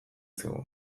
zigun